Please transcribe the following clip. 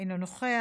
אינו נוכח,